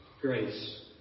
grace